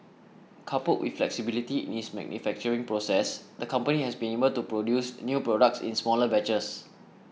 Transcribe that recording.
coupled with flexibility in its manufacturing process the company has been able to produce new products in smaller batches